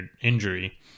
injury